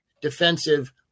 Defensive